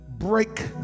break